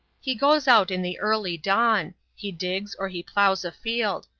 he goes out in the early dawn he digs or he ploughs a field.